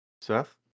Seth